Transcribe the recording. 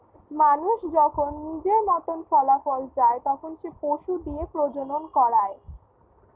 মানুষ যখন নিজের মতন ফলাফল চায়, তখন সে পশু দিয়ে প্রজনন করায়